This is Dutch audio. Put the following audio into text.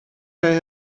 bij